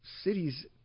cities